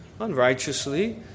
unrighteously